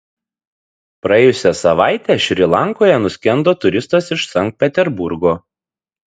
praėjusią savaitę šri lankoje nuskendo turistas iš sankt peterburgo